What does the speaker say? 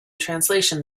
translation